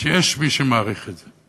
שיש מי שמעריך את זה.